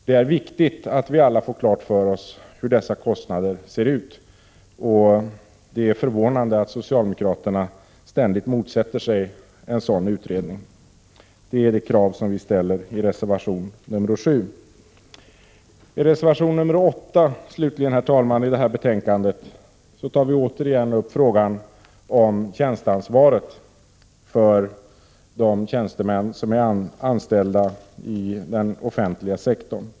Det är viktigt att vi alla får klart för oss hur dessa kostnader ser ut. Det är förvånande att socialdemokraterna ständigt motsätter sig en sådan utredning. Detta krav ställer vi i reservation 7. I reservation 8 slutligen, herr talman, tar vi återigen upp frågan om tjänsteansvar för de tjänstemän som är anställda inom den offentliga sektorn.